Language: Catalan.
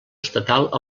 estatal